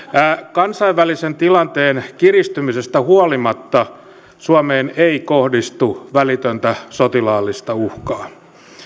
kansainvälisen tilanteen kiristymisestä huolimatta suomeen ei kohdistu välitöntä sotilaallista uhkaa